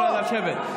) נא לשבת.